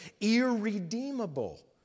irredeemable